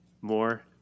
more